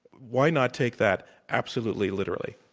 why not take that absolutely literally?